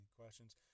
questions